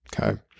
okay